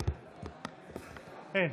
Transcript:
אין.